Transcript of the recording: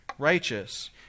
Righteous